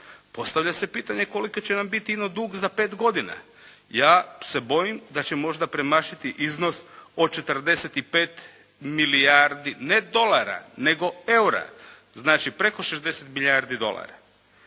Postavlja se pitanje koliki će nam biti ino dug za 5 godina? Ja se bojim da će možda premašiti iznos od 45 milijardi ne dolara nego EUR-a znači preko 60 milijardi dolara.